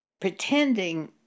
pretending